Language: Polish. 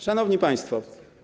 Szanowni Państwo!